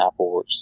AppleWorks